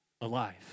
alive